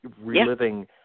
reliving